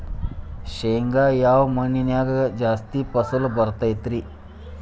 ಶೇಂಗಾ ಯಾವ ಮಣ್ಣಿನ್ಯಾಗ ಜಾಸ್ತಿ ಫಸಲು ಬರತೈತ್ರಿ?